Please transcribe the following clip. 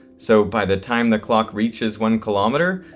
so by the time the clock reaches one kilometer,